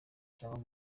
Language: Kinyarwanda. cyangwa